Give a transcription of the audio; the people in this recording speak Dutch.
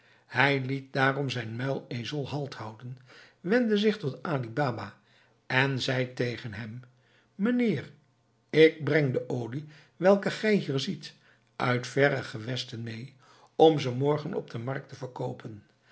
hij liet daarom zijn muilezel halt houden wendde zich tot ali baba en zei tegen hem mijnheer ik breng de olie welke gij hier ziet uit verre gewesten mee om ze morgen op de markt te verkoopen